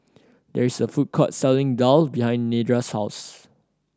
there is a food court selling daal behind Nedra's house